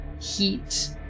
heat